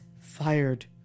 fired